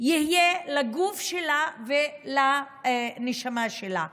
יהיה לגוף שלה ולנשמה שלה?